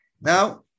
Now